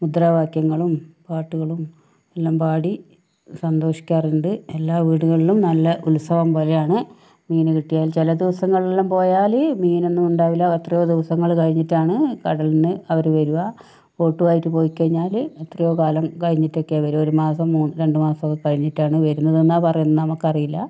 മുദ്രാവാക്യങ്ങളും പാട്ടുകളും എല്ലാം പാടി സന്തോഷിക്കാറുണ്ട് എല്ലാ വീടുകളിലും നല്ല ഉത്സവം പോലെയാണ് മീൻ കിട്ടിയാൽ ചില ദിവസങ്ങളിൽ പോയാല് മീനൊന്നും ഉണ്ടാവില്ല എത്രയോ ദിവസങ്ങള് കഴിഞ്ഞിട്ടാണ് കടലിൽ നിന്ന് അവര് വരുക ബോട്ടുമായിട്ട് പോയിക്കഴിഞ്ഞാല് എത്രയോ കാലം കഴിഞ്ഞിട്ടൊക്കെയാണ് അവര് വരുക ഒരു മാസം രണ്ട് മാസം ഒക്കെ കഴിഞ്ഞിട്ടാണ് വരുന്നതെന്നാണ് പറയുന്നത് നമുക്കറിയില്ല